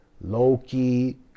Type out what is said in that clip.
Loki